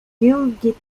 gilgit